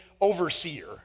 overseer